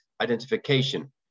identification